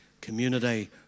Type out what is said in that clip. community